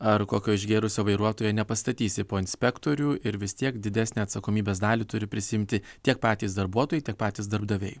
ar kokio išgėrusio vairuotojo nepastatysi po inspektorių ir vis tiek didesnę atsakomybės dalį turi prisiimti tiek patys darbuotojai tiek patys darbdaviai